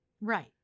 Right